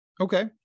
Okay